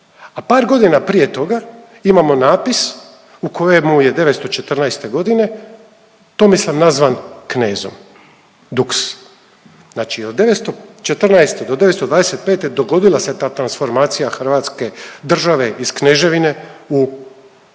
A par godina prije toga imamo natpis u kojemu je 914. godine Tomislav nazvan knezom duks. Znači od 914. do 925. dogodila se ta transformacija hrvatske države iz kneževine u